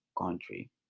country